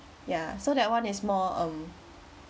ya so that one is more um